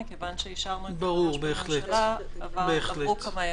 מכיוון שאישרנו את זה מראש בממשלה, עברו כמה ימים.